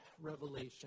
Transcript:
Revelation